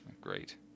great